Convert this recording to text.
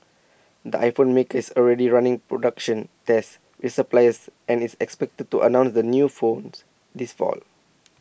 the iPhone maker is already running production tests with suppliers and is expected to announce the new phones this fall